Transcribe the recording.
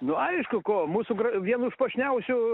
nu aišku ko mūsų vienų iš puošniausių